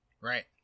Right